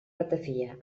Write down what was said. ratafia